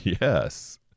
Yes